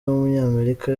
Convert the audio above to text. w’umunyamerika